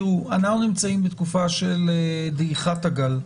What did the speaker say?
תראו, אנחנו נמצאים בתקופה של דעיכת הגל.